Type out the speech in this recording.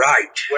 Right